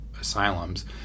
asylums